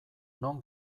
non